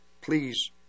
please